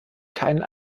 keinen